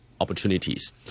opportunities